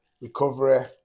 recovery